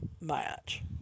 match